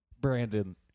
Brandon